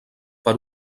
per